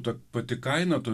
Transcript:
ta pati kaina to